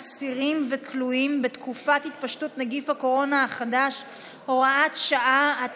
אסירים וכלואים בתקופת התפשטות נגיף הקורונה החדש (הוראת שעה),